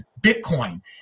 bitcoin